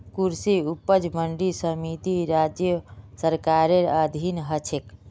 कृषि उपज मंडी समिति राज्य सरकारेर अधीन ह छेक